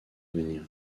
venir